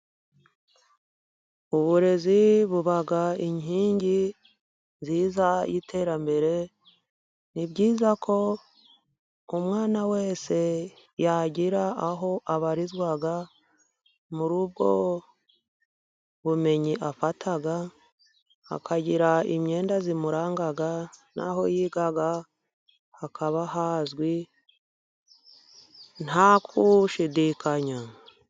Uburezi buba inkingi nziza y'iterambere, ni byiza ko umwana wese yagira aho abarizwa, muri ubwo bumenyi afata, hakagira imyenda imuranga, n'aho yiga hakaba hazwi, nta gushidikanya.